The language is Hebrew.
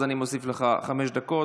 אז אני מוסיף לך חמש דקות.